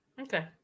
Okay